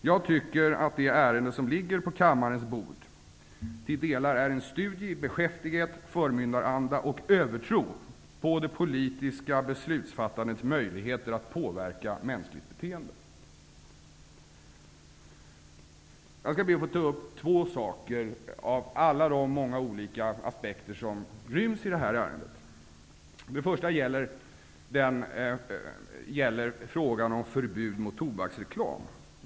Jag tycker att det ärende som ligger på kammarens bord till delar är en studie i beskäftighet, förmyndaranda och övertro på det politiska beslutsfattandets möjligheter att påverka mänskligt beteende. Jag skall be att få ta upp två saker av alla de olika aspekter som ryms i det här ärendet. Först vill jag ta upp frågan om förbud mot tobaksreklam.